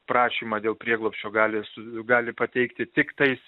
prašymą dėl prieglobsčio gali s gali pateikti tiktais